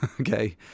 okay